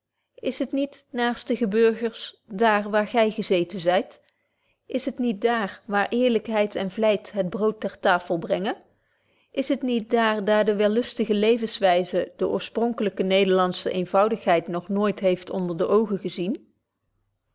is het niet naarstige burgers daar daar gy gezeten zyt is het niet daar daar eerlykheid en vlyt het brood ter tafel brengen is het niet daar daar de wellustige levenswyze de oorspronkelyke nederlandsche eenvoudigheid nog nooit heeft onder de oogen gezien